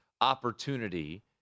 opportunity